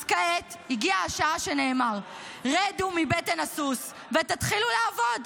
אז כעת הגיעה השעה שנאמר: רדו מבטן הסוס ותתחילו לעבוד.